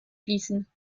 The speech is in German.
fließen